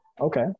Okay